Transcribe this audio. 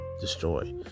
Destroy